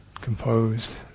composed